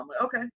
okay